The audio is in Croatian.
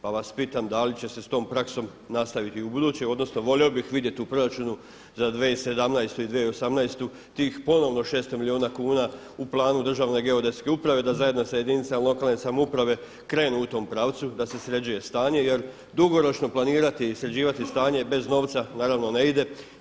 Pa vas pitam da li će se s tom praksom nastaviti i u buduće odnosno volio bih vidjeti u proračunu za 2017. i 2018. tih ponovno 600 milijuna kuna u planu Državne geodetske uprave da zajedno sa jedinicama lokalne samouprave krenu u tom pravcu da se sređuje stanje jer dugoročno planirati i sređivati stanje bez novca naravno ne ide.